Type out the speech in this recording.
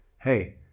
hey